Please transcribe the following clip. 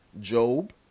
Job